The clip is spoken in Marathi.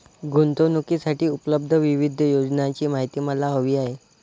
गुंतवणूकीसाठी उपलब्ध विविध योजनांची माहिती मला हवी आहे